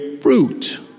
fruit